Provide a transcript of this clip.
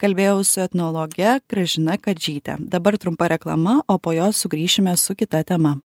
kalbėjau su etnologe gražina kadžyte dabar trumpa reklama o po jos sugrįšime su kita tema